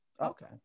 Okay